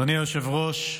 אדוני היושב-ראש,